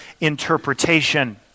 interpretation